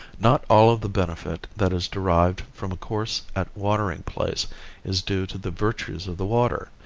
not all of the benefit that is derived from a course at watering place is due to the virtues of the water,